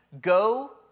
go